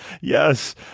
yes